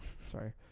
Sorry